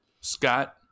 Scott